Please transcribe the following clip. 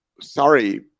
sorry